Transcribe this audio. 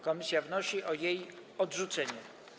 Komisja wnosi o jej odrzucenie.